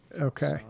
Okay